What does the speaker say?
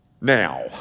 now